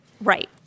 Right